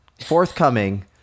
forthcoming